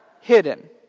hidden